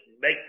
make